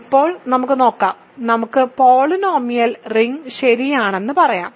ഇപ്പോൾ നമുക്ക് നോക്കാം നമുക്ക് പോളിനോമിയൽ റിംഗ് ശരിയാണെന്ന് പറയാം